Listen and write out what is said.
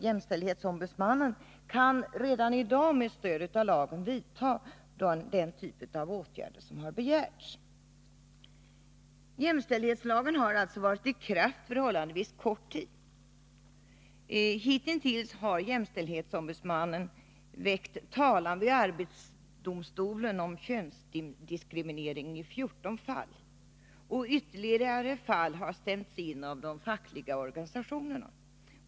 Jämställdhetsombudsmannen, JämO, kan redan i dag med stöd av lagen vidta den typ av åtgärder som har begärts. Jämställdhetslagen har alltså varit i kraft under förhållandevis kort tid. Hitintills har jämställdhetsombudsmannen väckt talan vid arbetsdomstolen om könsdiskriminering i 14 fall. Ytterligare fall har stämts in av de fackliga organisationerna.